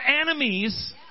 enemies